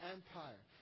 Empire